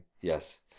Yes